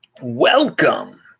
Welcome